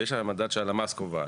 ויש את המדד שהלמ"ס קובעת,